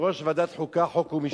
יושב-ראש ועדת החוקה, חוק ומשפט,